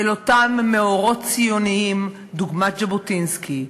אל אותם מאורות ציוניים דוגמת ז'בוטינסקי,